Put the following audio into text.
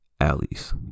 alleys